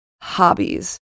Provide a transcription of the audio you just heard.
hobbies